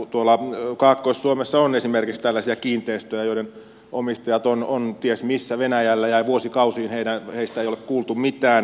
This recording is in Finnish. tuolla kaakkois suomessa on esimerkiksi tällaisia kiinteistöjä joiden omistajat ovat ties missä venäjällä ja vuosikausiin heistä ei ole kuultu mitään